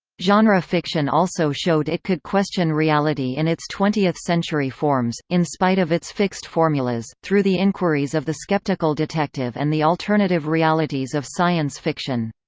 genre fiction also showed it could question reality in its twentieth century forms, in spite of its fixed formulas, through the enquiries of the skeptical detective and the alternative realities of science fiction.